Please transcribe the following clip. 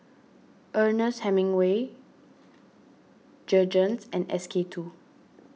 Ernest Hemingway Jergens and S K two